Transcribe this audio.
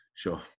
sure